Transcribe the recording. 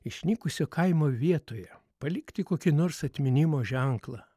išnykusio kaimo vietoje palikti kokį nors atminimo ženklą